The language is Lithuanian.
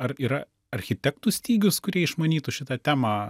ar yra architektų stygius kurie išmanytų šitą temą